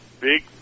big